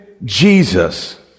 Jesus